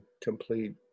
complete